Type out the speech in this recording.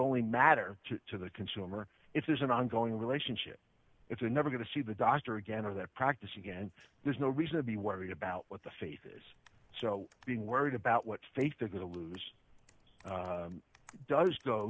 only matter to the consumer if there's an ongoing relationship it's never going to see the doctor again or that practice again there's no reason to be worried about what the faith is so being worried about what faith they're going to lose does go